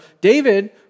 David